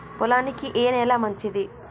పొలానికి ఏ నేల మంచిది?